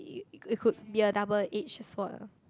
it could be a double edged sword